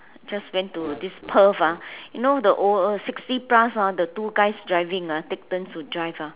just went to this Perth ah you know the old uh sixty plus ah the two guys ah driving ah take turns to drive ah